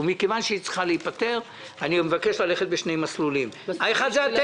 ומכיוון שכך אני מבקש ללכת בשני מסלולים: האחד הוא אתם,